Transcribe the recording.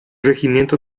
regimiento